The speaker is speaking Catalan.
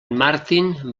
martin